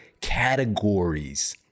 categories